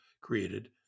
created